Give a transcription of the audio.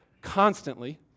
constantly